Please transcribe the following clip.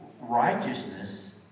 righteousness